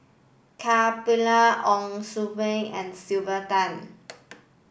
Ka Perumal Ong Bee and Sylvia Tan